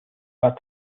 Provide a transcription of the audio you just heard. are